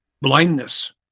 blindness